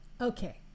Okay